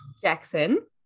Jackson